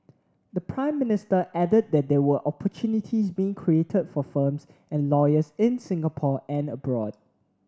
the Prime Minister added that there were opportunities being created for firms and lawyers in Singapore and abroad